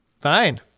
Fine